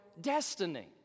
destiny